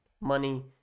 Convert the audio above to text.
money